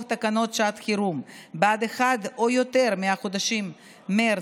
תקנות שעת החירום בעד אחד או יותר מהחודשים מרץ,